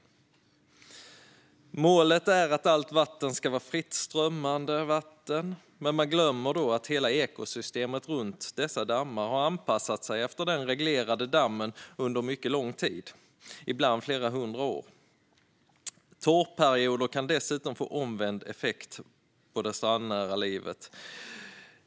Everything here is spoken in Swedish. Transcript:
Regeringens mål är att allt vatten ska vara fritt strömmande. Man glömmer då att hela ekosystemet runt dessa dammar har anpassat sig efter den reglerade dammen under mycket lång tid, ibland flera hundra år. Torrperioder kan dessutom få omvänd effekt på det strandnära livet.